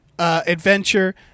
Adventure